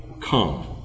Come